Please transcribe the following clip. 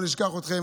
לא נשכח אתכם,